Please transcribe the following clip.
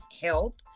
health